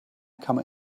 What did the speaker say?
come